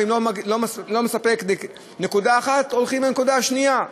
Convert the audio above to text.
ואם זה לא מספק בנקודה אחת, הולכים לנקודה שנייה.